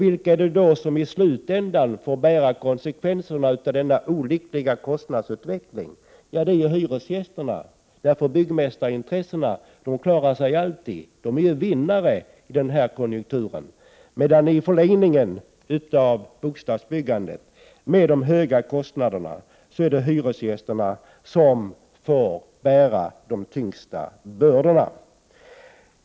Vilka är det som i slutänden får ta konsekvenserna av denna olyckliga kostnadsutveckling? Jo, det är hyresgästerna. Byggmästarintressena klarar sig alltid. De är vinnare i denna konjunktur. Med de höga kostnaderna i bostadsbyggandet är det i förlängningen hyresgästerna som får bära de tyngsta bördorna.